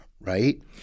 right